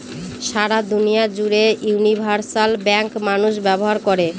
সারা দুনিয়া জুড়ে universal bank মানুষ ব্যবহার করে